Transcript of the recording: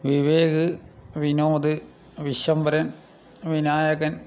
Vivek Vinod Vishwambharan Vinayakan